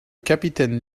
capitaine